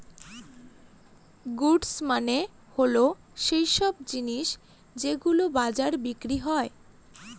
goods মানে হল সৈইসব জিনিস যেগুলো বাজারে বিক্রি হয়